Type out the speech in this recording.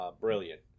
brilliant